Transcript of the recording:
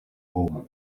home